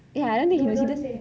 ya I don't think he knows